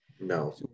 No